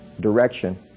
direction